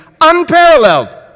unparalleled